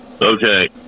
Okay